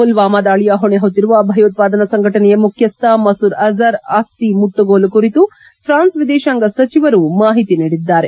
ಮಲ್ವಾಮಾ ದಾಳಿಯ ಹೊಣೆಹೊತ್ತಿರುವ ಭಯೋತ್ಪಾದನಾ ಸಂಘಟನೆಯ ಮುಖ್ಯಸ್ಥ ಮಸೂದ್ ಅಜರ್ ಆಸ್ತಿ ಮುಟ್ಟುಗೋಲು ಕುರಿತು ಫ್ರಾನ್ಸ್ ವಿದೇಶಾಂಗ ಸಚಿವರು ಮಾಹಿತಿ ನೀಡಿದ್ದಾರೆ